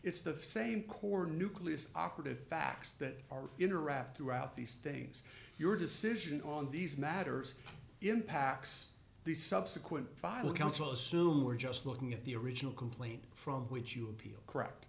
it's the same core nucleus operative facts that are interact throughout these things your decision on these matters impacts the subsequent file council assume we're just looking at the original complaint from which you appeal correct